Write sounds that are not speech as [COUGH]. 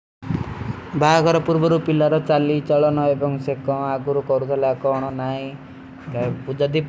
[UNINTELLIGIBLE] ଏସଗୀ କାନ କୂରଣ୍ସଯ ପର କ୍ରୋମ ସେ ହୋଜାନେ ସେ ଜାଣିବା। ଏକେ ବିରାମାନ ମେଂ କୈକ ଭୀ